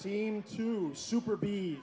seem to super be